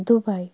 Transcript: Dubai